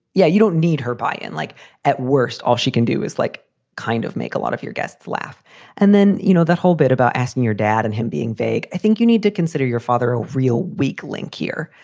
yeah. you don't need her by it, and like at worst. all she can do is like kind of make a lot of your guests laugh and then, you know, that whole bit about asking your dad. and him being vague. i think you need to consider your father a real weak link here.